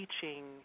teaching